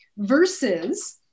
versus